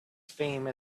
fame